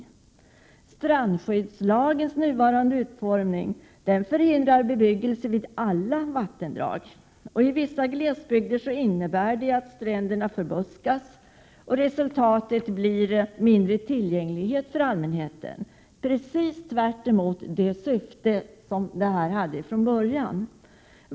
Strandskyddslagens nuvarande utformning förhindrar bebyggelse vid alla vattendrag. I vissa glesbygder innebär detta att stränderna förbuskas, och resultatet blir minskad tillgänglighet för allmänheten, tvärtemot lagens syfte.